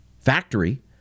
factory